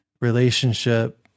relationship